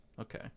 Okay